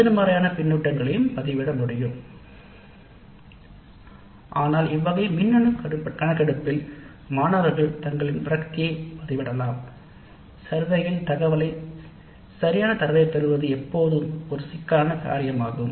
எதிர்மறையான பதிவுகளையும் பதிவிட முடியும் ஆனால் இவ்வகை மின்னனு கணக்கெடுப்பில் மாணவர்கள் தங்களின் விரக்திவை பதிவிடலாம் சரியான தரவைப் பெறுவது எப்போதும் ஒரு சிக்கலான காரியமாகும்